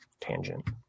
tangent